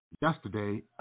yesterday